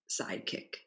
sidekick